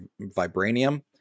vibranium